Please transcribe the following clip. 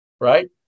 right